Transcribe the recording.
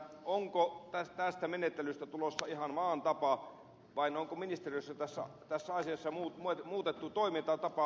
onko tästä menettelystä tulossa ihan maan tapa vai onko ministeriössä tässä asiassa muutettu toimintatapaa